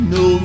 no